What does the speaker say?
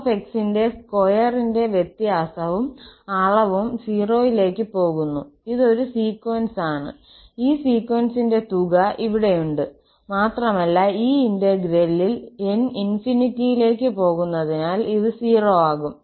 𝑓𝑥 ന്റെ സ്ക്വയറിന്റെ വ്യത്യാസവും അളവും 0 ലേക്ക് പോകുന്നു ഇത് ഒരു സീക്വൻസ് ആണ് ഈ സീക്വൻസിന്റെ തുക ഇവിടെയുണ്ട് മാത്രമല്ല ഈ ഇന്റഗ്രലിൽ 𝑛 ∞ യിലേക്ക് പോകുന്നതിനാൽ ഇത് 0 ആകും